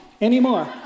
anymore